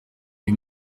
uyu